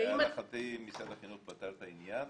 להערכתי משרד החינוך פתר את העניין,